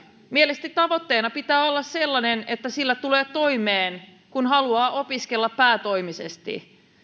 mielestäni tavoitteena pitää olla sellainen että sillä tulee toimeen kun haluaa opiskella päätoimisesti